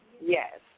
Yes